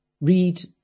read